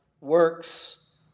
works